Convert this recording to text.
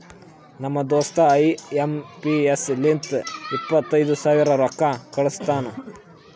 ನಮ್ ದೋಸ್ತ I M P S ಲಿಂತ ಇಪ್ಪತೈದು ಸಾವಿರ ರೊಕ್ಕಾ ಕಳುಸ್ತಾನ್